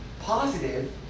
positive